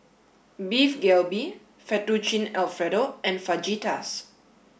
Beef Galbi Fettuccine Alfredo and Fajitas